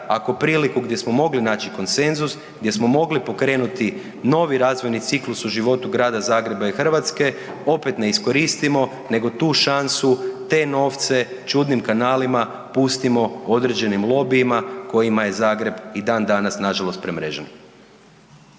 ako priliku gdje smo mogli naći konsenzus, gdje smo mogli pokrenuti novi razvojni ciklus u životu Grada Zagreba i Hrvatske opet ne iskoristimo, nego tu šansu, te novce čudnim kanalima pustimo određenim lobijima kojima je Zagreb i dan danas nažalost premrežen.